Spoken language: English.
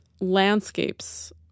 landscapes